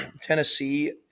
Tennessee